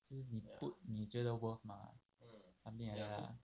就是你 put 你觉得 worth mah something like that lah